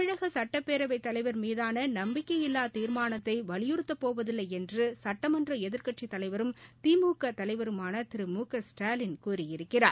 தமிழக சுட்டப்பேரவைத்தலைவர் மீதான நம்பிக்கையில்லா தீர்மானத்தை வலியுறுத்தப்போவதில்லை என்று சட்டமன்ற எதிர்க்கட்சித்தலைவரும் திமுக தலைவருமான திரு மு க ஸ்டாலின் கூறியிருக்கிறார்